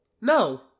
No